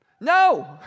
No